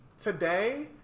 today